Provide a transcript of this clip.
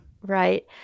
right